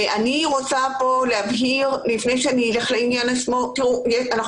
אני רוצה להבהיר לפני העניין עצמו אנחנו